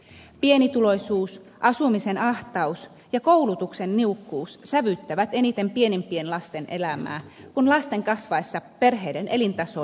pienituloisuus asumisen ahtaus ja koulutuksen niukkuus sävyttävät eniten pienimpien lasten elämää kun lasten kasvaessa perheiden elintaso nousee